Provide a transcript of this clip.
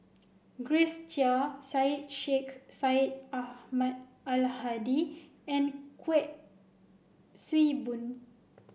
Grace Chia Syed Sheikh Syed Ahmad Al Hadi and Kuik Swee Boon